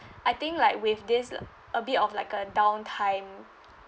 I think like with this l~ a bit of like a downtime